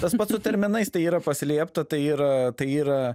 tas pats su terminais tai yra paslėpta tai yra tai yra